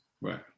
Right